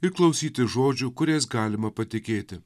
ir klausyti žodžių kuriais galima patikėti